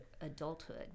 adulthood